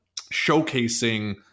showcasing